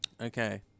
Okay